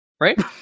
right